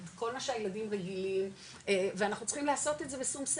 את כל מה שהילדים רגילים ואנחנו צריכים לעשות את זה בשכל,